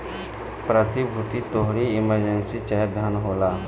प्रतिभूति तोहारी इमर्जेंसी चाहे धन होला